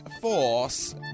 force